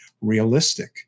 realistic